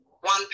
one